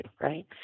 right